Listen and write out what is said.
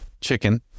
chicken